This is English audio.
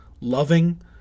loving